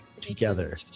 together